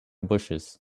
bushes